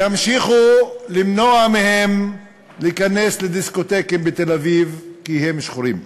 ימשיכו למנוע מהם להיכנס לדיסקוטקים בתל-אביב כי הם שחורים.